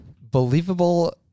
Believable